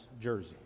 jersey